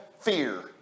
Fear